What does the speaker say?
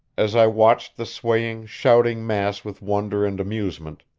as i watched the swaying, shouting mass with wonder and amusement,